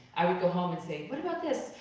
i would go home and say, what about this?